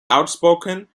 outspoken